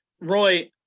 Roy